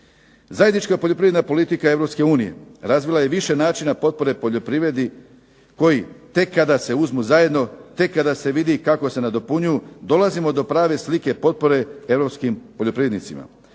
Zajednička poljoprivredna politika Europske unije razvila je više načina potpore poljoprivredi koji tek kada se uzmu zajedno, tek kada se vidi kako se nadopunjuju dolazio do prave slike potpore europskim poljoprivrednicima.